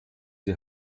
die